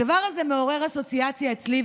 הדבר הזה מעורר אסוציאציה אצלי,